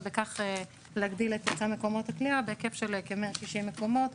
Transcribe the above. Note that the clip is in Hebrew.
ובכך להגדיל את היצע מקומות הכליאה בהיקף של כ-160 מקומות.